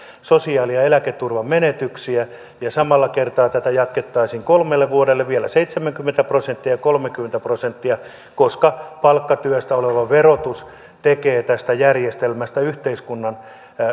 sosiaali ja eläketurvan menetyksiä ja samalla kertaa tätä jatkettaisiin kolmelle vuodelle vielä seitsemänkymmentä prosenttia ja kolmekymmentä prosenttia koska palkkatyöstä oleva verotus tekee tästä järjestelmästä yhteiskunnan